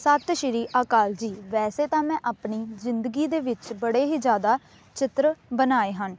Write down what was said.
ਸਤਿ ਸ਼੍ਰੀ ਅਕਾਲ ਜੀ ਵੈਸੇ ਤਾਂ ਮੈਂ ਆਪਣੀ ਜ਼ਿੰਦਗੀ ਦੇ ਵਿੱਚ ਬੜੇ ਹੀ ਜ਼ਿਆਦਾ ਚਿੱਤਰ ਬਣਾਏ ਹਨ